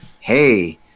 hey